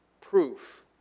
proof